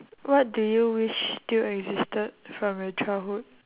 what do you wish still existed from your childhood